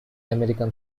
american